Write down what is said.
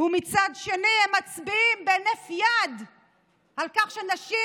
ומצד שני הם מצביעים בהינף יד על כך שנשים